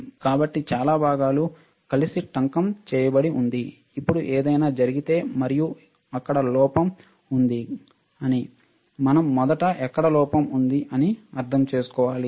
కాబట్టి చాలా భాగాలు కలిసి టంకం చేయబడివుంది ఇప్పుడు ఏదైనా జరిగితే మరియు అక్కడ లోపం ఉంది అని మనం మొదట ఎక్కడ లోపం ఉంది అని అర్థం చేసుకోవాలి